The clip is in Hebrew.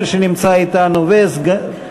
אין מתנגדים או נמנעים.